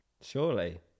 surely